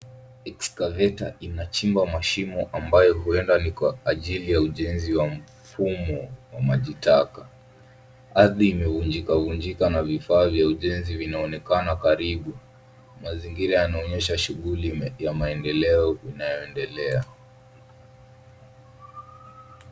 Excavator inachimba mashimo ambayo huenda ni kwa ajili ya ujenzi wa mfumo wa maji taka. Ardhi imevunjika vunjika na vifaa vya ujenzi vinaonekana karibu. Mazingira yanaonyesha shughuli ya maendeleo inayoendelea.